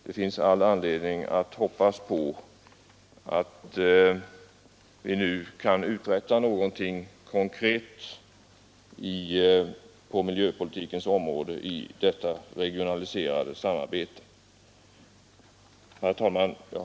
Det finns anledning att hoppas på att vi nu kan uträtta något konkret på miljöpolitikens område i detta regionaliserade samarbete. Herr talman!